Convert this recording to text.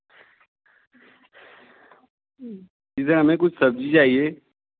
जी sir हमें कुछ सब्ज़ी चाहिए